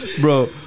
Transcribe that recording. bro